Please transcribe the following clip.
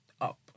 up